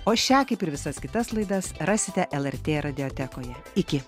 o šią kaip ir visas kitas laidas rasite lrt radiotekoje iki